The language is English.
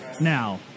now